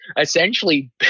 essentially